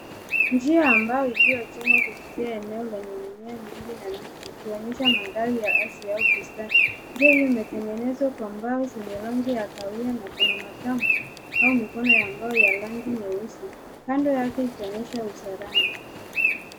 Njia ambayo iliyojengwa kupitia kwenye eneo lenye mimea mengi na miti ikionyesha mandhari ya asili au bustani. Njia hiyo imetengenezwa kwa mbao zenye rangi ya kahawia na kuna matamshi ama au mikono ya rangi nyeusi kando yake iKuonyesha usalama.